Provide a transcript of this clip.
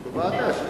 בוועדה.